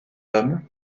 homme